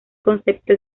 concepto